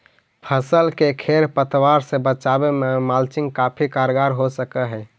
फसल के खेर पतवार से बचावे में मल्चिंग काफी कारगर हो सकऽ हई